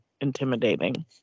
intimidating